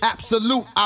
Absolute